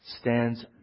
stands